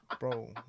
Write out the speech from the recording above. Bro